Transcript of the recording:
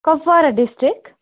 Kupwara district